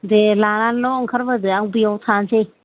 दे लानानैल' ओंखारबोदो आं बैयाव थानोसै